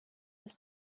was